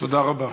תודה רבה.